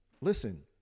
Listen